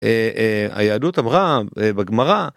היהדות אמרה בגמרה.